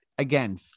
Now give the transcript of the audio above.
Again